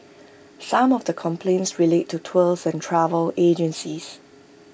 some of the complaints relate to tours and travel agencies